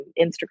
Instagram